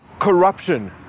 Corruption